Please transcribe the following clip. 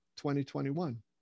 2021